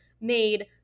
made